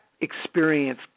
experience